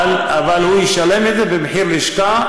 אבל הוא ישלם את זה במחיר לשכה,